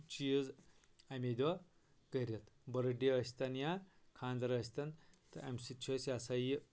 چیٖز اَمے دۄہ کٔرِتھ بٔرٕڑڈے ٲسۍ تَن یا خاندَر ٲسۍ تَن تہٕ اَمہِ سۭتۍ چھُ أسۍ یہِ ہَسا یہِ